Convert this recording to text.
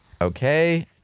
Okay